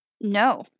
No